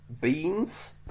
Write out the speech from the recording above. beans